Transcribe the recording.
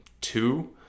two